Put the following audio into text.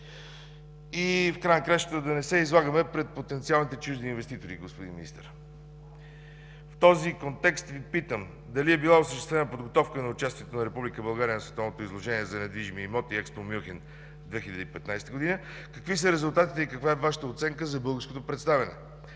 и в края на краищата да не се излагаме пред потенциалните чужди инвеститори, господин Министър. В този контекст Ви питам дали е била осъществена подготовка на участието на Република България на световното изложение за недвижими имоти „Експо Мюнхен 2015 г.”? Какви са резултатите и каква е Вашата оценка за българското представяне?